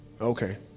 Okay